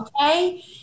okay